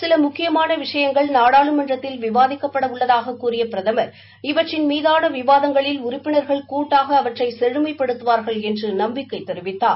சில முக்கியமான விஷயங்கள் நாடாளுமன்றத்தில் விவாதிக்கப்பட உள்ளதாகக் கூறிய பிரதமர் இவற்றின் மீதான விவாதங்களில் உறுப்பினர்கள் கூட்டாக அவற்றை செழுமைப்படுத்துவார்கள் என்று நம்பிக்கை தெரிவித்தார்